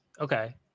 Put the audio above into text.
Okay